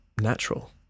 natural